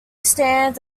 stands